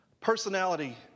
Personality